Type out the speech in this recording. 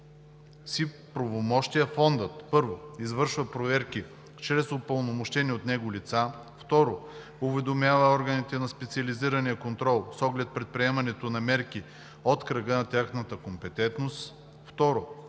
си правомощия фондът: 1. извършва проверки чрез упълномощени от него лица; 2. уведомява органите на специализирания контрол, с оглед предприемането на мерки от кръга на тяхната компетентност.“